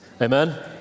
Amen